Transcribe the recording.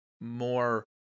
more